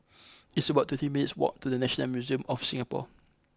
it's about twenty minutes' walk to the National Museum of Singapore